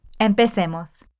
Empecemos